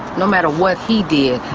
no matter what he did,